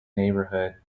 neighborhood